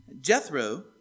Jethro